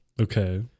Okay